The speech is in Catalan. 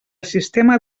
sistema